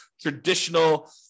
traditional